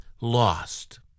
lost